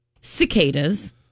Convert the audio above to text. cicadas